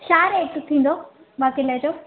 छा रेट थींदो ॿ किले जो